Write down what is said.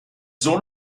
sohn